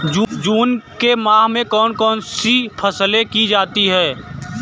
जून के माह में कौन कौन सी फसलें की जाती हैं?